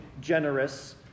generous